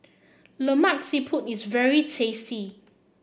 Lemak Siput is very tasty